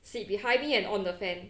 sit behind me and on the fan